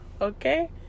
okay